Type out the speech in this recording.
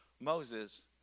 Moses